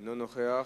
אינו נוכח.